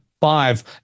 five